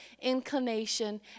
inclination